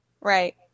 Right